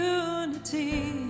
unity